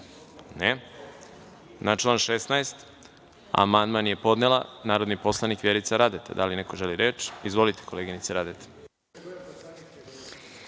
(Ne)Na član 16. amandman je podnela narodni poslanik Vjerica Radeta. Da li neko želi reč? Izvolite, koleginice Radeta.